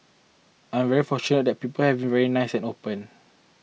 I am very fortunate that people have been very nice and open